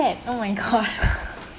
sad oh my god